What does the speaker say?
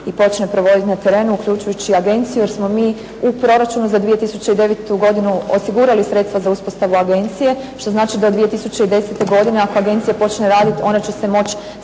i počne provoditi na terenu uključujući i Agenciju, jer smo mi u proračunu za 2009. godinu osigurali sredstva za uspostavu Agencije, što znači da 2010. godine ako Agencija počne raditi ona će se moći